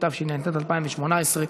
התשע"ט 2018,